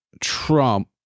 Trump